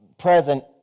present